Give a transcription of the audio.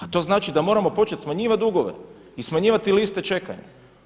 A to znači da moramo početi smanjivati dugove i smanjivati liste čekanja.